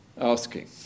asking